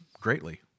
greatly